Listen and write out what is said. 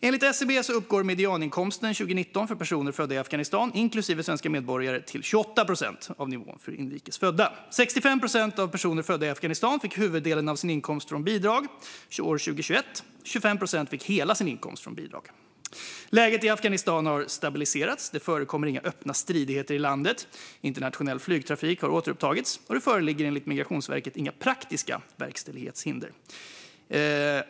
Enligt SCB uppgår medianinkomsten 2019 för personer födda i Afghanistan, inklusive svenska medborgare, till 28 procent av nivån för inrikes födda. 65 procent av personer födda i Afghanistan fick huvuddelen av sin inkomst från bidrag 2021. 25 procent fick hela sin inkomst från bidrag. Läget i Afghanistan har stabiliserats. Det förekommer inga öppna stridigheter i landet. Internationell flygtrafik har återupptagits, och det föreligger enligt Migrationsverket inga praktiska verkställighetshinder.